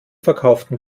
verkauften